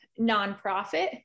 nonprofit